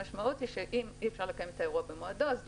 המשמעות היא שאם אי אפשר לקיים את האירוע במועדו אז דוחים.